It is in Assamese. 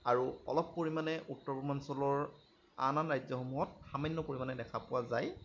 আৰু অলপ পৰিমাণে উত্তৰ পূৰ্বাঞ্চলৰ আন আন ৰাজ্যসমূহত সামান্য পৰিমাণে দেখা পোৱা দেখা যায়